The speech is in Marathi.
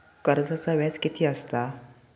कर्जाचा व्याज कीती असता?